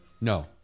no